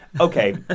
Okay